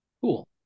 Cool